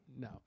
No